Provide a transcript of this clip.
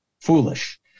foolish